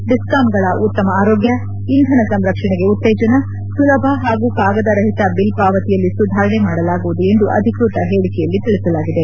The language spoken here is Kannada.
ಡಿಸ್ಕಾಂಗಳ ಉತ್ತಮ ಆರೋಗ್ಟ ಇಂಧನ ಸಂರಕ್ಷಣೆಗೆ ಉತ್ತೇಜನ ಸುಲಭ ಹಾಗೂ ಕಾಗದರಹಿತ ಬಿಲ್ ಪಾವತಿಯಲ್ಲಿ ಸುಧಾರಣೆ ಮಾಡಲಾಗುವುದು ಎಂದು ಅಧಿಕೃತ ಹೇಳಿಕೆಯಲ್ಲಿ ತಿಳಿಸಲಾಗಿದೆ